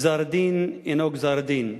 גזר-דין אינו גזר-דין.